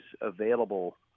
available